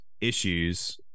issues